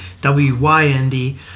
W-Y-N-D